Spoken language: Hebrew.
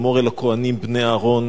"אמֹר אל הכהנים בני אהרן",